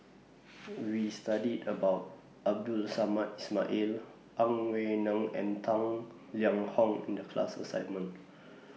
We studied about Abdul Samad Ismail Ang An Wei Neng and Tang Liang Hong in The class assignment